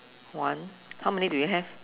one how many do you have